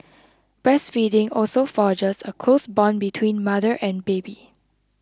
breastfeeding also forges a close bond between mother and baby